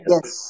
Yes